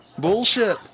Bullshit